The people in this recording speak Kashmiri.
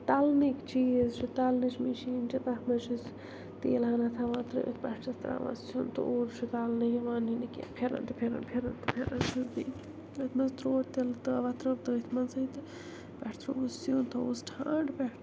تَلنٕکۍ چیٖز چھِ تَلنٕچ مِشیٖن چھِ تتھ مَنٛز چھِ تیٖل ہنا تھاوان ترٛٲوِتھ پٮ۪ٹھٕ چھِس ترٛاوان سِیُن تہٕ اوٗرۍ چھُ تَلنہٕ یِوان یہِ نہٕ کیٚنٛہہ پھِرَن تہٕ پھِرن پھِرن تہٕ پھِرَن چھَس دِنۍ تٔتھۍ مَنٛز ترٛوو تیٖلہٕ تٲوا ترٛوو تٔتھۍ مَنٛزٕے تہٕ پٮ۪ٹھٕ ترٛووُس سِیُن تھوٚوُس ٹھانٛڈ پٮ۪ٹھٕ